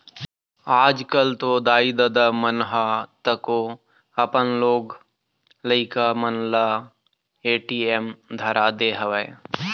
आजकल तो दाई ददा मन ह तको अपन लोग लइका मन ल ए.टी.एम धरा दे हवय